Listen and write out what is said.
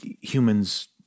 humans